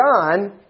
John